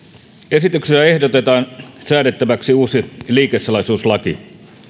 esityksessä ehdotetaan säädettäväksi uusi liikesalaisuuslaki